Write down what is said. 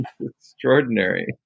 Extraordinary